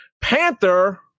Panther